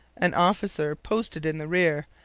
an officer, posted in the rear,